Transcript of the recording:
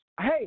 Hey